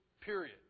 period